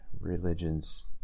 religions